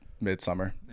mid-summer